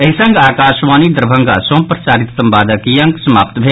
एहि संग आकाशवाणी दरभंगा सँ प्रसारित संवादक ई अंक समाप्त भेल